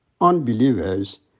Unbelievers